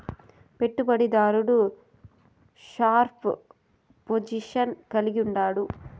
పెట్టుబడి దారుడు sharp position కలిగుండాడు